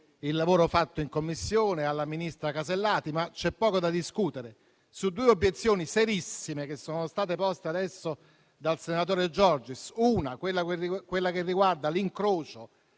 il lavoro fatto in Commissione, e alla ministra Casellati. C'è poco da discutere. Due obiezioni serissime sono state poste adesso dal senatore Giorgis. La prima è quella che riguarda l'incrocio